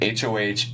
HOH